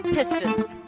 Pistons